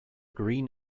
green